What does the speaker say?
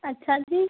अच्छा जी